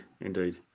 indeed